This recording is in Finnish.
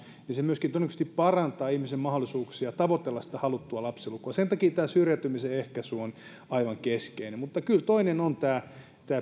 niin se myöskin todennäköisesti parantaa ihmisen mahdollisuuksia tavoitella sitä haluttua lapsilukua sen takia tämä syrjäytymisen ehkäisy on aivan keskeinen asia mutta kyllä toinen on tämä